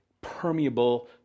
permeable